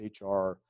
HR